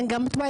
הם גם מתביישים,